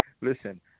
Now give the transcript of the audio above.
listen